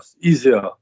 easier